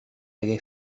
hagué